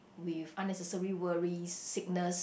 with unnecessary worries sickness